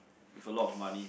with a lot of money